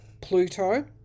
Pluto